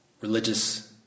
Religious